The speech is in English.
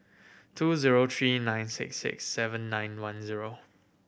two zero three nine six six seven nine one zero